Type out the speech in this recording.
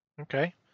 Okay